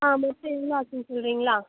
ஆ மொத்தம் எவ்வளோ ஆச்சுன்னு சொல்கிறீங்களா